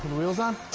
wheels on?